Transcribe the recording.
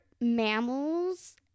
mammals